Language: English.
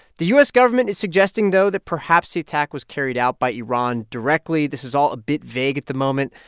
the u s. government is suggesting, though, that perhaps the attack was carried out by iran directly. this is all a bit vague at the moment.